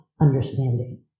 understanding